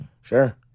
sure